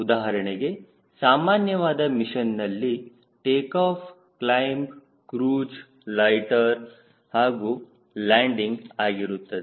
ಉದಾಹರಣೆಗೆ ಸಾಮಾನ್ಯವಾದ ಮಿಷನ್ನಲ್ಲಿ ಟೇಕಾಫ್ ಕ್ಲೈಮ್ ಕ್ರೂಜ್ ಲೊಯ್ಟ್ಟೆರ್ಹಾಗೂ ಲ್ಯಾಂಡಿಂಗ್ ಆಗಿರುತ್ತದೆ